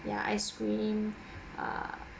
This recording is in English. ya ice cream err